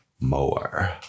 more